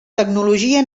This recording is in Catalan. tecnologia